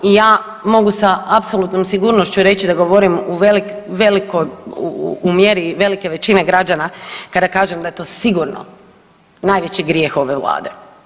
I ja mogu sa apsolutnom sigurnošću reći da govorim u mjeri velike većine građana kada kažem da je to sigurno najveći grijeh ove Vlade.